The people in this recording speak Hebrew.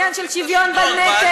ועל העניין של שוויון בנטל.